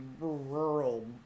rural